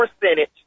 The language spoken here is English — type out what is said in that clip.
percentage